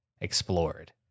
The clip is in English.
explored